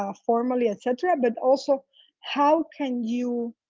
ah formally, etc, but also how can you,